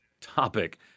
topic